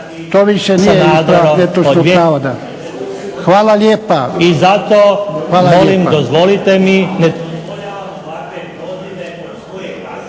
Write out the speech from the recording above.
Hvala lijepa.